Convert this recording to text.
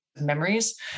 memories